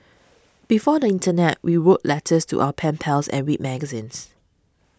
before the internet we wrote letters to our pen pals and read magazines